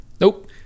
Nope